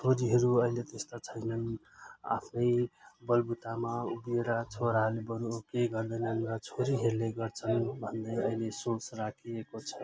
छोरीहरू अहिले त्यस्तो छैनन् आफ्नै बलबुतामा उभिएर छोराहरूले बरु केही गर्दैनन् र छोरीहरूले गर्छन् भन्ने सोच राखिएको छ